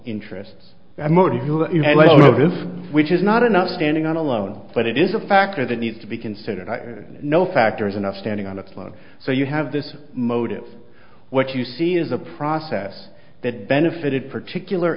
of if which is not enough standing on alone but it is a factor that needs to be considered i know factors enough standing on a cloud so you have this motive what you see is a process that benefited particular